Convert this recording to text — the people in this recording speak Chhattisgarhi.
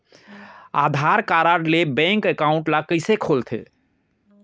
आधार कारड ले बैंक एकाउंट ल कइसे खोलथे?